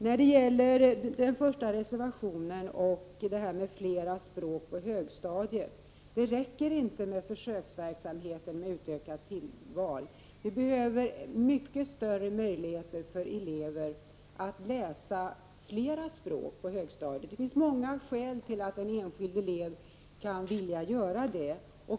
När det gäller den första reservationen och detta med flera språk på högstadiet vill jag säga att det inte räcker med försöksverksamheten med utökat tillval. Det behövs mycket större möjligheter för elever att läsa flera språk på högstadiet. Det finns många skäl till att en enskild elev vill göra det.